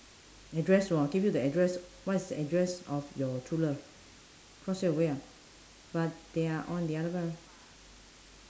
address [wor] give you the address what is the address of your true love crush it away but they are on the other